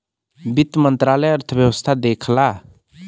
वित्त मंत्रालय अर्थव्यवस्था देखला